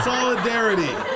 Solidarity